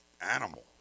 animal